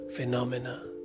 phenomena